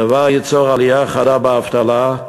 הדבר ייצור עלייה חדה באבטלה,